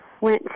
went